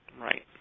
Right